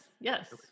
Yes